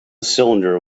cylinder